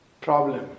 problem